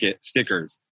stickers